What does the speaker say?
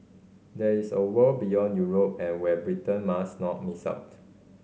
there is a world beyond Europe and where Britain must not miss out